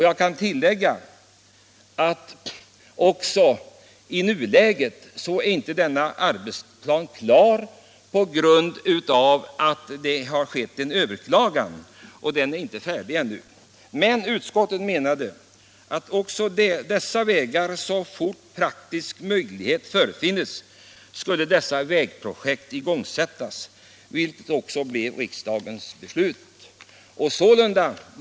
Jag kan tillägga att denna arbetsplan inte heller i nuläget är klar på grund av att planen har överklagats, och ärendet är ännu inte färdigbehandlat. Men utskottet menade att också dessa vägprojekt skulle igångsättas så fort praktiska möjligheter förefanns. Detta blev också riksdagens beslut.